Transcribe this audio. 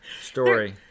story